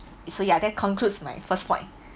so ya that concludes my first point